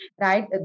right